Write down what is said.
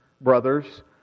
brothers